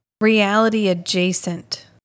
reality-adjacent